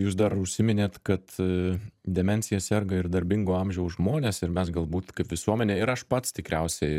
jūs dar užsiminėt kad demencija serga ir darbingo amžiaus žmonės ir mes galbūt kaip visuomenė ir aš pats tikriausiai